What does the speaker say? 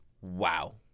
Wow